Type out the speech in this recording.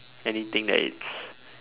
anything that is